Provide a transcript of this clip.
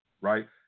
right